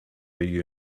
you